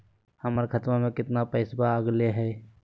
हमर खतवा में कितना पैसवा अगले हई?